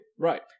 Right